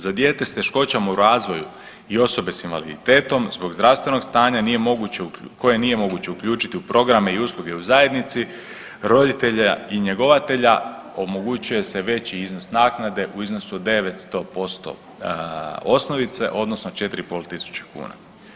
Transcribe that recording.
Za dijete sa teškoćama u razvoju i osobe sa invaliditetom zbog zdravstvenog stanja koje nije moguće uključiti u programe i usluge u zajednici, roditelja i njegovatelja omogućuje se veći iznos naknade u iznosu od 900% osnovice, odnosno 4 i pol tisuće kuna.